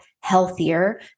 healthier